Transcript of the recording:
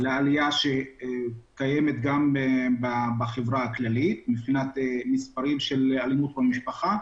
עליה זהה שקיימת גם בחברה הכללית מבחינת מספרים של אלימות במשפחה.